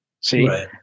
See